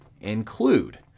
include